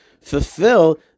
fulfill